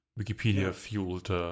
Wikipedia-fueled